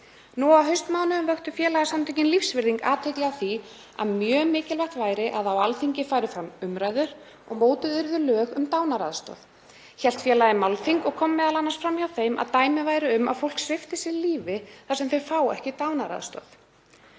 Nú á haustmánuðum vöktu félagasamtökin Lífsvirðing athygli á því að mjög mikilvægt væri að á Alþingi færu fram umræður og mótuð yrðu lög um dánaraðstoð. Félagið hélt málþing og kom m.a. fram hjá þeim að dæmi væru um að fólk svipti sig lífi þar sem það fengi ekki dánaraðstoð.